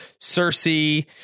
Cersei